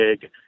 big